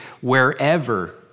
wherever